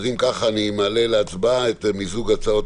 אם ככה אני מעלה להצבעה את מיזוג הצעות